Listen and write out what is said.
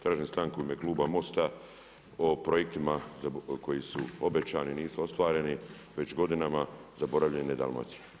Tražim stanku u ime kluba MOST-a o projektima koji su obećani, nisu ostvareni već godinama zaboravljene Dalmacije.